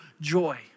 joy